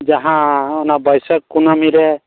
ᱡᱟᱦᱟᱸ ᱚᱱᱟ ᱵᱟᱹᱥᱟᱹᱠ ᱠᱩᱱᱟᱹᱢᱤ ᱨᱮ